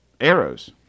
arrows